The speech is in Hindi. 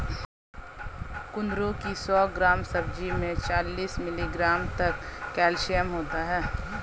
कुंदरू की सौ ग्राम सब्जी में चालीस मिलीग्राम तक कैल्शियम होता है